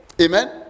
amen